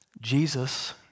Jesus